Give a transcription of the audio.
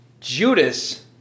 Judas